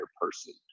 person